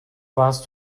warst